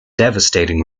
devastating